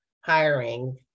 hiring